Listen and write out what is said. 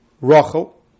Rachel